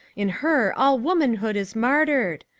in her all womanhood is martyred.